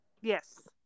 Yes